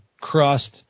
crust